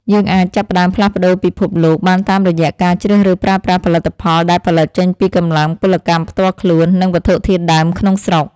យើងអាចចាប់ផ្ដើមផ្លាស់ប្ដូរពិភពលោកបានតាមរយៈការជ្រើសរើសប្រើប្រាស់ផលិតផលដែលផលិតចេញពីកម្លាំងពលកម្មផ្ទាល់ខ្លួន និង វត្ថុធាតុដើមក្នុងស្រុក។